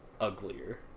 uglier